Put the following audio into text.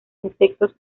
insectos